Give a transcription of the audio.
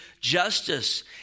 justice